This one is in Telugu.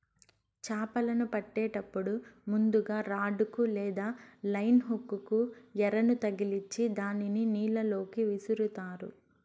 చాపలను పట్టేటప్పుడు ముందుగ రాడ్ కు లేదా లైన్ హుక్ కు ఎరను తగిలిచ్చి దానిని నీళ్ళ లోకి విసురుతారు